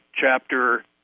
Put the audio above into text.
Chapter